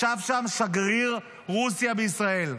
ישב שם שגריר רוסיה בישראל,